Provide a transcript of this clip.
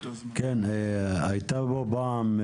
גלית שאול הייתה פה פעם,